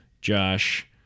Josh